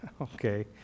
okay